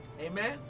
amen